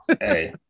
hey